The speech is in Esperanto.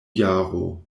jaro